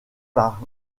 par